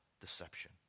deception